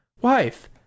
wife